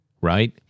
Right